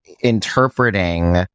interpreting